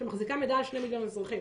שמחזיקה מידע על 2 מיליון אזרחים.